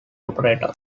operator